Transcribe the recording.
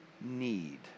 need